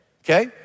Okay